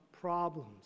problems